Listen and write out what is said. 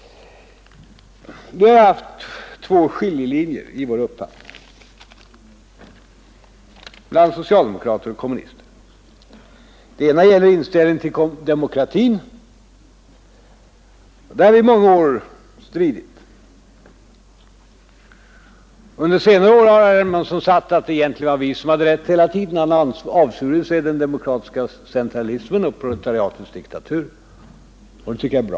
Vi har haft två skiljelinjer mellan uppfattningarna bland socialdemokrater och bland kommunister. Den ena gäller inställningen till demokratin. Där har vi i många år stridit. Under senare år har herr Hermansson medgivit att det egentligen är vi som haft rätt hela tiden. Han har avsvurit sig den demokratiska centralismen och proletariatets diktatur, och det tycker jag är bra.